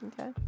Okay